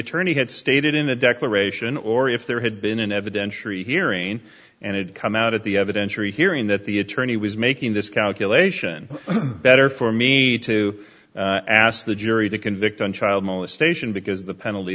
attorney had stated in a declaration or if there had been an evidentiary hearing and it come out at the evidentiary hearing that the attorney was making this calculation better for me to ask the jury to convict on child molestation because the penalty